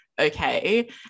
okay